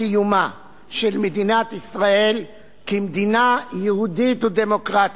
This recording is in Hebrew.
קיומה של מדינת ישראל כמדינה יהודית ודמוקרטית,